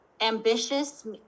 ambitious